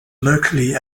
locally